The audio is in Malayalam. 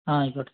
ആ ആയിക്കോട്ടെ